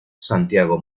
santiago